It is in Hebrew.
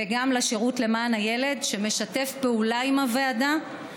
וגם לשירות למען הילד, שמשתף פעולה עם הוועדה.